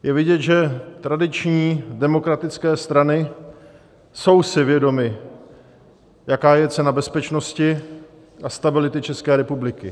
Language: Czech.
Je vidět, že tradiční demokratické strany jsou si vědomy, jaká je cena bezpečnosti a stability České republiky.